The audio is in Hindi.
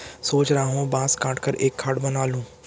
सोच रहा हूं बांस काटकर एक खाट बना लूं